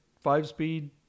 five-speed